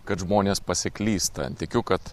kad žmonės pasiklysta tikiu kad